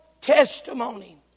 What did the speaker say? testimony